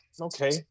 okay